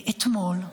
אתמול,